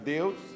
Deus